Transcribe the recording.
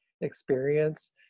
experience